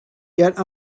yet